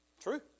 True